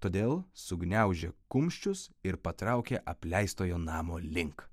todėl sugniaužė kumščius ir patraukė apleistojo namo link